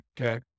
Okay